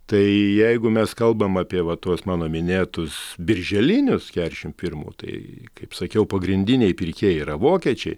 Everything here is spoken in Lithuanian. tai jeigu mes kalbam apie va tuos mano minėtus birželinius keturiasdešim pirmų tai kaip sakiau pagrindiniai pirkėjai yra vokiečiai